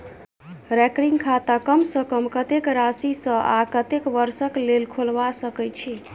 recurring खाता कम सँ कम कत्तेक राशि सऽ आ कत्तेक वर्ष कऽ लेल खोलबा सकय छी